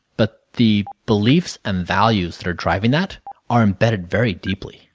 but the beliefs and values that are driving that are imbedded very deeply.